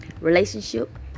relationship